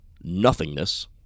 nothingness